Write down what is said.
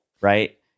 Right